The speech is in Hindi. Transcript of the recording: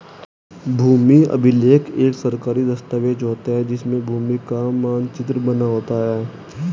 भूमि अभिलेख एक सरकारी दस्तावेज होता है जिसमें भूमि का मानचित्र बना होता है